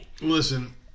Listen